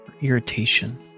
irritation